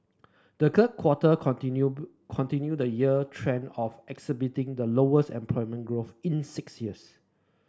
the quarter continue continued the year trend of exhibiting the lowest employment growth in six years